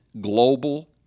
global